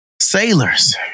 Sailors